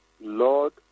Lord